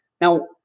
Now